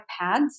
pads